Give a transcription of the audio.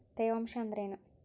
ತೇವಾಂಶ ಅಂದ್ರೇನು?